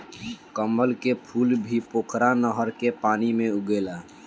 कमल के फूल भी पोखरा नहर के पानी में उगेला